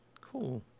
Cool